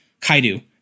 Kaidu